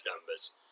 numbers